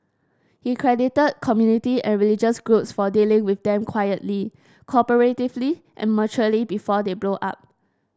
he credited community and religious groups for dealing with them quietly cooperatively and maturely before they blow up